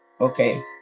okay